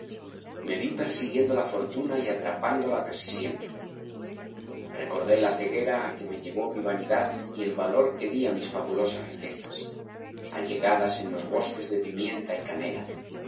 me vi persiguiendo la fortuna y atrapándola casi siempre recordé la ceguéra á que me llevó mi vanidad y el valor que di á mis fabulosas riquezas allegadas en los bosques de pimienta y canela